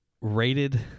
rated